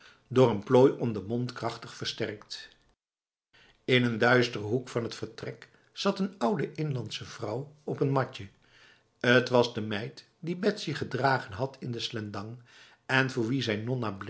door een plooi om de mond krachtig versterkt in een duistere hoek van het vertrek zat een oude inlandse vrouw op een matje het was de meid die betsy gedragen had in de slendang en voor wie zij